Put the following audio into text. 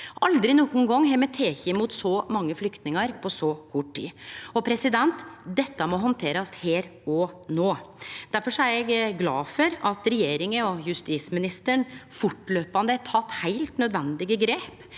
Aldri nokon gong har me teke imot så mange flyktningar på så kort tid. Dette må handterast her og no. Difor er eg glad for at regjeringa og justisministeren fortløpande har teke heilt nødvendige grep,